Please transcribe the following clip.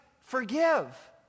forgive